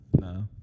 No